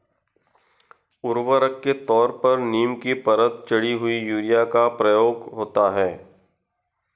उर्वरक के तौर पर नीम की परत चढ़ी हुई यूरिया का प्रयोग होता है